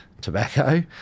tobacco